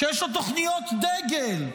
שיש לו תוכניות דגל,